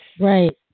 Right